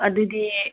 ꯑꯗꯨꯗꯤ